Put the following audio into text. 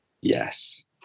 Yes